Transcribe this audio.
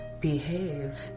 Behave